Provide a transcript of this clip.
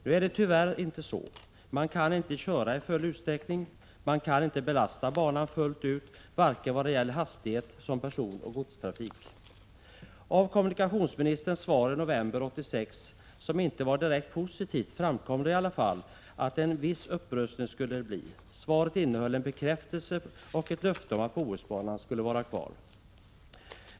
Nu är det tyvärr inte så, man kan inte köra i full utsträckning, man kan inte belasta banan fullt ut varken när det gäller hastighet eller personoch godstrafik. Av kommunikationsministerns svar i november 1986, som inte var direkt positivt, framkom det i alla fall att det skulle bli en viss upprustning. Svaret innehöll en bekräftelse på och ett löfte om att Bohusbanan skulle vara kvar.